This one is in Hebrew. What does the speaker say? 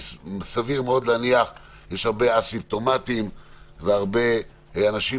סביר מאוד להניח שיש הרבה מאוד אסימפטומטיים וכן הרבה אנשים